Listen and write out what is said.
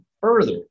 further